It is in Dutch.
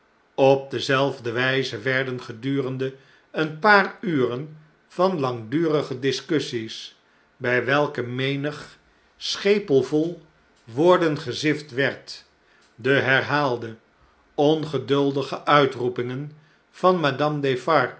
op dezelfde wjjze werden gedurende een paar uren van langdurige discussies bjj welke menig schepelvol woorden gezift werd de herhaalde ongeduldige uitroepmgen van madame